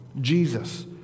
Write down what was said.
Jesus